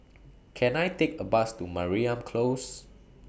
Can I Take A Bus to Mariam Close